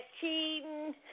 cheating